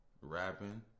Rapping